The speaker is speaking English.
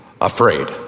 afraid